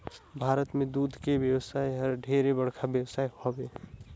भारत में दूद के बेवसाय हर ढेरे बड़खा बेवसाय हवे